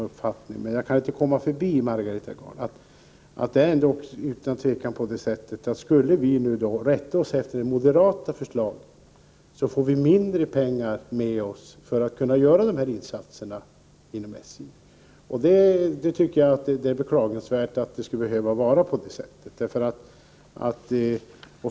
Men jag kan inte komma förbi, Margareta Gard, att om vi skulle rätta oss efter det moderata förslaget så skulle vi få mindre pengar till dessa insatser inom SJ. Det är beklagligt att det skall behöva vara på det sättet.